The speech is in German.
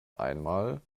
einmal